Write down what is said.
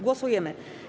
Głosujemy.